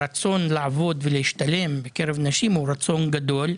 הרצון לעבוד ולהשתלב בקרב נשים הוא רצון גדול,